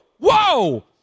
Whoa